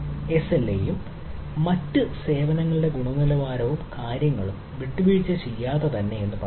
എസ്എൽഎയും മറ്റ് സേവനങ്ങളുടെ ഗുണനിലവാരവും കാര്യങ്ങളും വിട്ടുവീഴ്ച ചെയ്യാതെ തന്നെ എന്ന് നോക്കാം